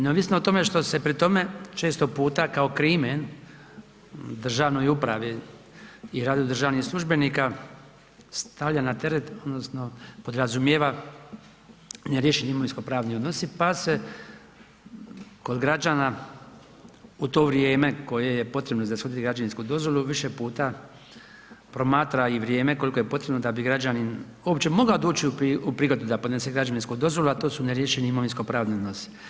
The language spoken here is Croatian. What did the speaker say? Neovisno o tome što se pri tome često puta kao krimen državnoj upravi i radu državnih službenika stavlja na teret odnosno podrazumijeva neriješeni imovinsko-pravni odnosi pa se kod građana u to vrijeme koje je potrebno za ishodit građevinsku dozvolu više puta promatra i vrijeme koliko je potrebo da bi građanin uopće mogao doći u prigodu da podnese građevinsku dozvolu, a to su neriješeni imovinsko-pravni odnosi.